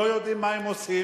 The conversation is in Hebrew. לא יודעים מה הם עושים,